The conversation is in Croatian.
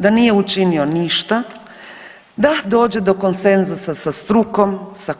Da nije učinio ništa da dođe da konsenzusa sa strukom, sa